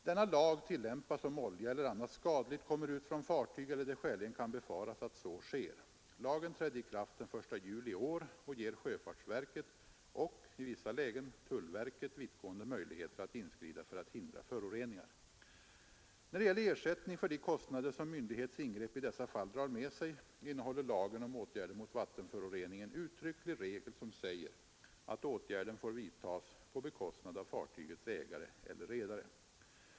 Denna lag tillämpas om olja eller annat skadligt kommer ut från fartyg eller det skäligen kan befaras att så sker. Lagen trädde i kraft den 1 juli i år och ger sjöfartsverket och, i vissa lägen, tullverket vittgående möjligheter att inskrida för att hindra När det gäller ersättning för de kostnader som myndighets ingrepp i dessa fall drar med sig, innehåller lagen om åtgärder mot vattenförorening en uttrycklig regel som säger att åtgärden får vidtas på bekostnad av fartygets ägare eller redare.